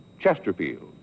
Chesterfield